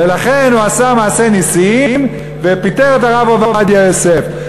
ולכן הוא עשה מעשה נסים ופיטר את הרב עובדיה יוסף.